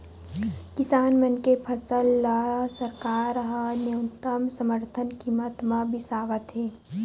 किसान मन के फसल ल सरकार ह न्यूनतम समरथन कीमत म बिसावत हे